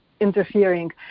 interfering